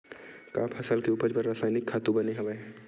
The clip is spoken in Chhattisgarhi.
का फसल के उपज बर रासायनिक खातु बने हवय?